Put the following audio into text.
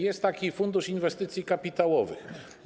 Jest taki Fundusz Inwestycji Kapitałowych.